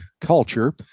culture